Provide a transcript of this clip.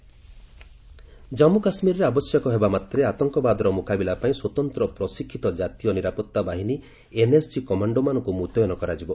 କେକେ NSG Jammu କାଶ୍ମୀରରେ ଆବଶ୍ୟକ ହେବା ମାତ୍ରେ ଆତଙ୍କବାଦର ମୁକାବିଲା ପାଇଁ ସ୍ୱତନ୍ତ୍ର ପ୍ରଶିକ୍ଷିତ କ୍ଜାତୀୟ ନିରାପତ୍ତା ବାହିନୀ ଏନ୍ଏସ୍ଜି କମାଣ୍ଡୋମାନଙ୍କୁ ମୁତାୟନ କରାଯିବ